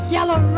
Yellow